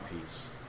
peace